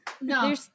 No